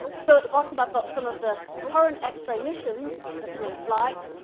so at the bottom, i've got some of the current x-ray missions that are in flight.